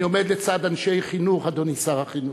אני עומד לצד אנשי חינוך, אדוני שר החינוך,